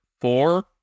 four